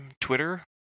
Twitter